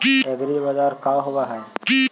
एग्रीबाजार का होव हइ?